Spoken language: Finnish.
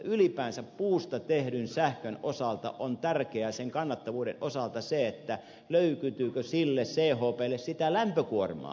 ylipäänsä puusta tehdyn sähkön kannattavuuden osalta on tärkeää se löytyykö sille chplle sitä lämpökuormaa